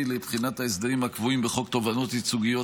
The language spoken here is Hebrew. לבחינת ההסדרים הקבועים בחוק תובענות ייצוגיות,